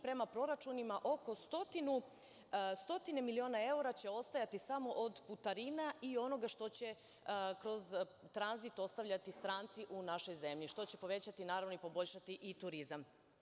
Prema proračunima oko stotine miliona evra će ostajati samo od putarina i onoga što će kroz tranzit ostavljati stranci u našoj zemlji, što će povećati naravno i poboljšati i turizam.